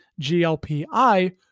GLPI